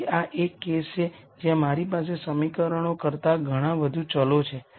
તેથી આ એક કેસ છે જ્યાં મારી પાસે સમીકરણો કરતા ઘણા વધુ વેરીએબલ્સ છે